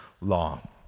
law